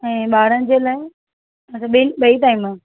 ऐं ॿारनि जे लाइ हा त ॿियनि ॿई टाइम